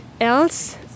else